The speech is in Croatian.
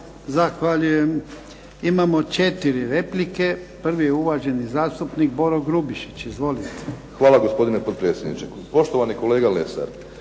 Zahvaljujem. Imamo četiri replike. Prvi je uvaženi zastupnik Boro Grubišić. Izvolite. **Grubišić, Boro (HDSSB)** Hvala gospodine potpredsjedniče. Poštovani kolega Lesar,